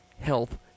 health